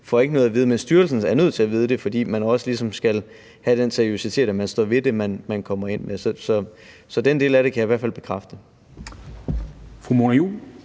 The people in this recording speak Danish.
får ikke noget at vide. Men styrelsen er nødt til at vide det, fordi der også ligesom skal være den seriøsitet, at man står ved det, man kommer ind med. Så den del af det kan jeg i hvert fald bekræfte. Kl.